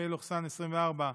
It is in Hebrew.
פ/2140/24,